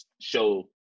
show